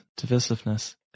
divisiveness